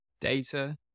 data